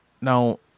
Now